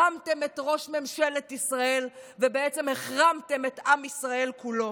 החרמתם את ראש ממשלת ישראל ובעצם החרמתם את עם ישראל כולו.